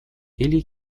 или